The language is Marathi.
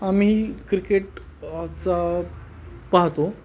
आम्ही क्रिकेट चा पाहतो